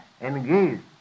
engaged